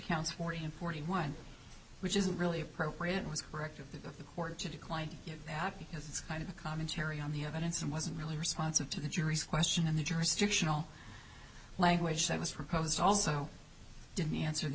accounts forty and forty one which isn't really appropriate was correct of the order to decline it because it's kind of a commentary on the evidence and wasn't really responsive to the jury's question and the jurisdictional language that was proposed also didn't answer the